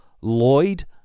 Lloyd